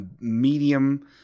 medium